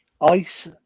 Ice